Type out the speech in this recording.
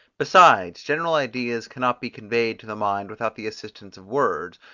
besides, general ideas cannot be conveyed to the mind without the assistance of words,